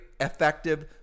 effective